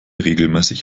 regelmäßig